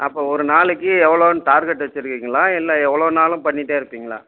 அப்போது ஒரு நாளைக்கு எவ்வளோன்னு டார்கெட்டு வைச்சிருக்கீங்களா இல்லை எவ்வளோனாலும் பண்ணிட்டே இருப்பிங்களா